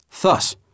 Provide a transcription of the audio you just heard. Thus